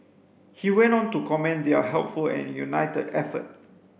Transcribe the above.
he went on to commend their helpful and united effort